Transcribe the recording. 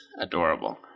adorable